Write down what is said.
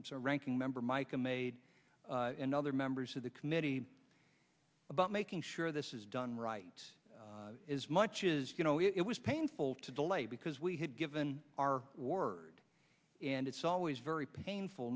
i'm so ranking member mica made and other members of the committee about making sure this is done right is much is you know it was painful to delay because we had given our word and it's always very painful